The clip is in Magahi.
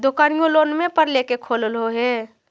दोकनिओ लोनवे पर लेकर खोललहो हे?